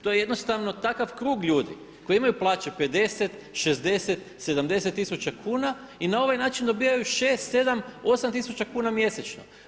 To je jednostavno takav krug ljudi koji imaju plaće 50, 60, 70 tisuća kuna i na ovaj način dobivaju 6, 7, 8 tisuća kuna mjesečno.